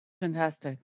Fantastic